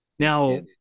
Now